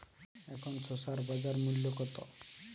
এখন শসার বাজার মূল্য কত?